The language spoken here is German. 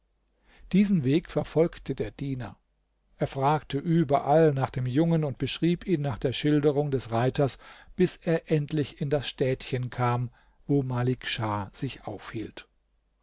diesen weg verfolgte der diener er fragte überall nach dem jungen und beschrieb ihn nach der schilderung des reiters bis er endlich in das städtchen kam wo malik schah sich aufhielt